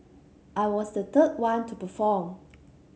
I was the third one to perform